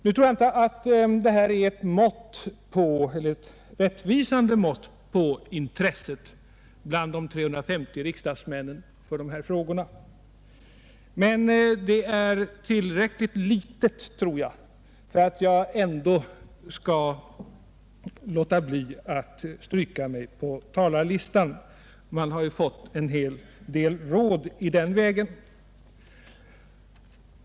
Nu tror jag inte att detta är ett rättvisande mått på intresset bland de 350 riksdagsmännen för dessa frågor, men det är tillräckligt litet för att jag skall låta bli att stryka mig på talarlistan — man har ju fått en hel del råd i den vägen.